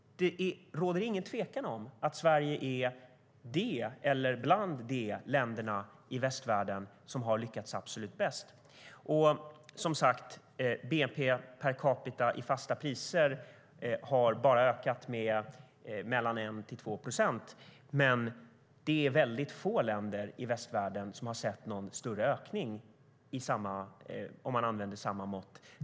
Det råder ingen tvekan om att Sverige är bland de länder i västvärlden som har lyckats absolut bäst. Bnp per capita i fasta priser har som sagt bara ökat med 1-2 procent, men det är väldigt få länder i västvärlden som har sett någon större ökning om man använder samma mått.